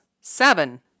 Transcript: Seven